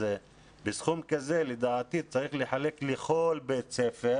בסכום כזה לדעתי צריך לחלק לכל בית ספר